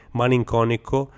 malinconico